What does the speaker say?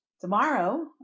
tomorrow